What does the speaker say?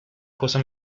cosa